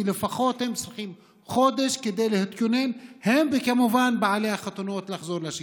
כי הם צריכים לפחות חודש כדי להתכונן לחזור לשגרה,